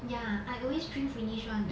yeah I always drink finish [one]